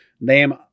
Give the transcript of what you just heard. name